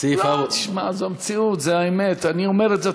לא, תשמע, זו המציאות, זה האמת, אני אומר את זה.